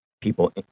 people